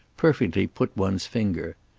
perfectly put one's finger.